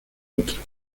otro